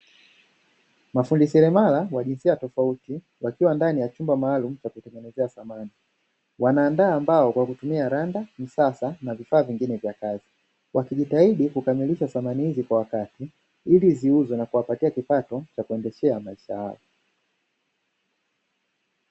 Mafundi seremala wajinsia tofauti wakiwa ndani ya chumba maalumu cha kutengenezea samani. Wanaandaa mbao kwa kutumia randa, msasa na vifaa vingine vya kazi; wakijitahidi kukamilisha samani hizi kwa wakati, ili ziuzwe na kuwapatia kipato cha kuendeshea maisha yao.